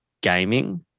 gaming